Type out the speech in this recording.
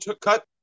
cut